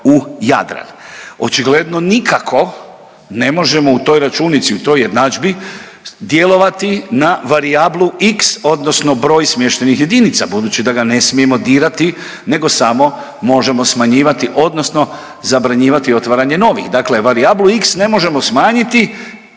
u Jadran. Očigledno nikako ne možemo u toj računici, u toj jednadžbi djelovati na varijablu x odnosno broj smještajnih jedinica, budući da ga ne smijemo dirati nego samo možemo smanjivati odnosno zabranjivati otvaranje novih. Dakle varijablu x ne možemo smanjiti,